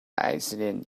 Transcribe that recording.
accident